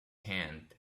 hand